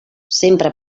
sempre